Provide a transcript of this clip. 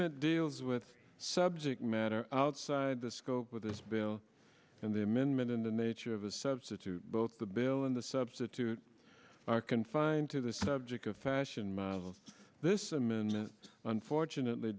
amendment deals with subject matter outside the scope of this bill and the amendment in the nature of a substitute both the bill and the substitute are confined to the subject of fashion models this amendment unfortunately